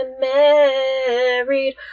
married